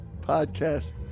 podcast